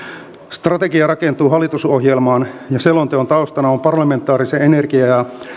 strategia rakentuu hallitusohjelmaan ja selonteon taustana on parlamentaarisen energia ja